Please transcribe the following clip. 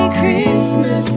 christmas